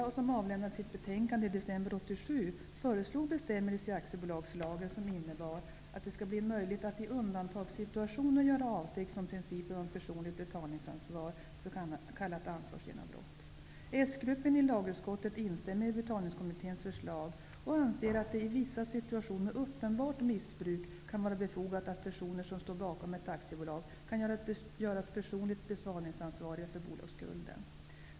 och avlämnade sitt betänkande i december 1987, föreslog bestämmelser i aktiebolagslagen som innebär att det skall bli möjligt att i undantagssituationer göra avsteg från principen om personligt betalningsansvar, s.k. Betalningskommitténs förslag och anser att det i vissa situationer med uppenbart missbruk kan vara befogat att personer som står bakom ett aktiebolag kan göras personligt betalningsansvariga för bolagsskulden.